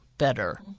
better